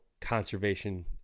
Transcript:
conservation